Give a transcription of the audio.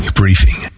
briefing